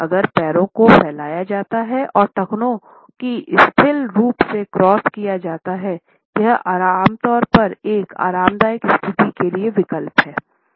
अगर पैरों को फैलाया जाता है और टखनों को शिथिल रूप से क्रॉस किया जाता है यह आमतौर पर एक आरामदायक स्थिति के लिए विकल्प है